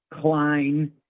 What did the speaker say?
klein